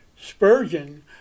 Spurgeon